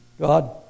God